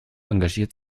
engagierte